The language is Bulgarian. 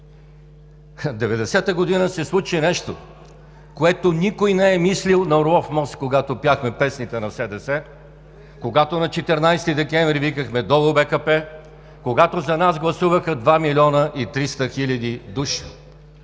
година се случи нещо, което никой не е мислил – на „Орлов мост“, когато пяхме песните на СДС, когато на 14 декември викахме: „Долу БКП!“, когато за нас гласуваха два милиона и 300 хиляди души,